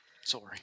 Sorry